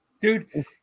Dude